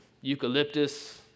eucalyptus